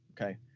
Okay